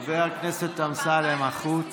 חבר הכנסת אמסלם, קריאה שלישית.